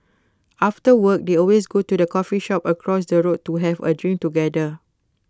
after work they always go to the coffee shop across the road to have A drink together